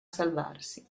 salvarsi